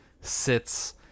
sits